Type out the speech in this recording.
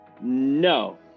No